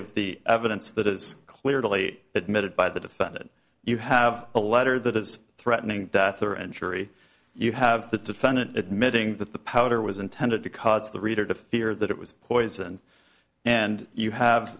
of the evidence that is clearly admitted by the defendant you have a letter that is threatening death or injury you have the defendant admitting that the powder was intended to cause the reader to fear that it was poisoned and you have